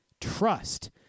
Trust